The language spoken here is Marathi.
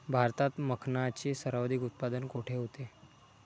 भारतात मखनाचे सर्वाधिक उत्पादन कोठे होते?